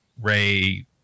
Ray